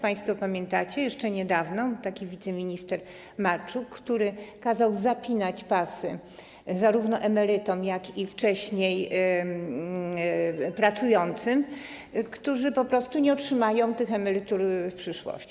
Państwo pamiętacie - jeszcze niedawno taki wiceminister Marczuk kazał zaciskać pasy zarówno emerytom, jak i wcześniej pracującym, którzy po prostu nie otrzymają tych emerytur w przyszłości.